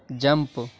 jump